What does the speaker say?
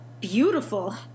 beautiful